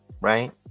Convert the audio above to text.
right